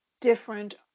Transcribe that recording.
different